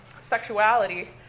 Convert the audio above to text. sexuality